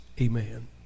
Amen